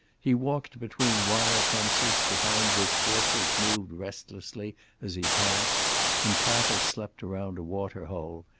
he walked between wire fences, behind which horses moved restlessly as he passed and cattle slept around a water hole,